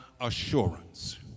assurance